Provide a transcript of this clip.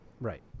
Right